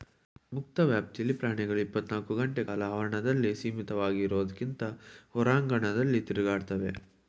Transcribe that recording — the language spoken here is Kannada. ಮುಕ್ತ ವ್ಯಾಪ್ತಿಲಿ ಪ್ರಾಣಿಗಳು ಇಪ್ಪತ್ನಾಲ್ಕು ಗಂಟೆಕಾಲ ಆವರಣದಲ್ಲಿ ಸೀಮಿತವಾಗಿರೋದ್ಕಿಂತ ಹೊರಾಂಗಣದಲ್ಲಿ ತಿರುಗಾಡ್ತವೆ